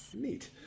Neat